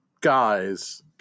guys